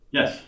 Yes